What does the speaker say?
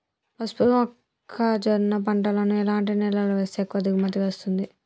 పసుపు మొక్క జొన్న పంటలను ఎలాంటి నేలలో వేస్తే ఎక్కువ దిగుమతి వస్తుంది?